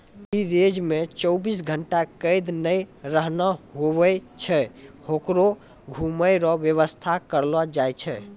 free range मे चौबीस घंटा कैद नै रहना हुवै छै होकरो घुमै रो वेवस्था करलो जाय छै